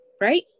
Right